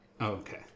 okay